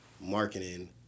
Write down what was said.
marketing